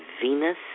Venus